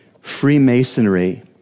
Freemasonry